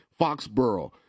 Foxborough